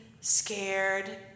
scared